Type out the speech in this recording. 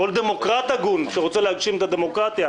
כל דמוקרט הגון שרוצה להגשים את הדמוקרטיה,